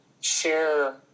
share